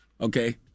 Okay